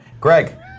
Greg